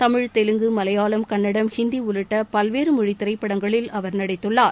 தமிழ் தெலுங்கு மலையாள்ம கன்னடம் ஹிந்தி உள்ளிட்ட பல்வேறு மொழி திரைப்படங்களில் அவர் நடித்துள்ளார்